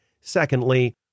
Secondly